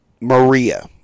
maria